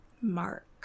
Mark